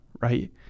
right